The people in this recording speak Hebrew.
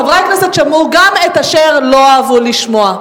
וחברי הכנסת שמעו גם את אשר לא אהבו לשמוע.